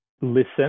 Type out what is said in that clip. listen